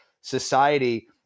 society